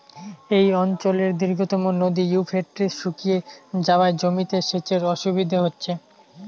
এই অঞ্চলের দীর্ঘতম নদী ইউফ্রেটিস শুকিয়ে যাওয়ায় জমিতে সেচের অসুবিধে হচ্ছে